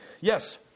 Yes